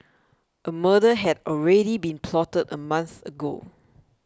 a murder had already been plotted a month ago